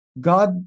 God